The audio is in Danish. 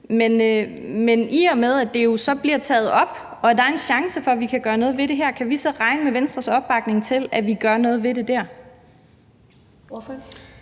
men i og med at det så bliver taget op og der er en chance for, at vi kan gøre noget ved det, kan vi så regne med Venstres opbakning til, at vi gør noget ved det der?